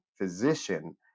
physician